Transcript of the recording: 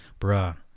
Bruh